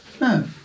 No